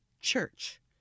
church